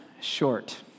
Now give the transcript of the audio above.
short